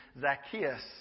Zacchaeus